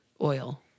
oil